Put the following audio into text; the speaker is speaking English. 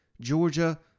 Georgia